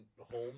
home